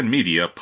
Media